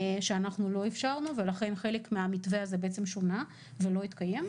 שאנחנו לא אפשרנו ולכן חלק מהמתווה הזה בעצם שונה ולא התקיים.